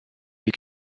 you